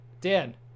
Dan